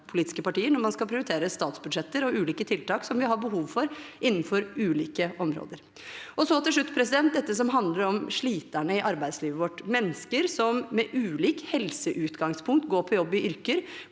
når man skal prioritere statsbudsjetter og ulike tiltak vi har behov for innenfor ulike områder. Til slutt er det dette som handler om sliterne i arbeidslivet vårt – mennesker som med ulikt helseutgangspunkt går på jobb i yrker